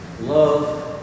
love